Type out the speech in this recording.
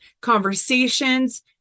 conversations